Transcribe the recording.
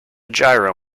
gyro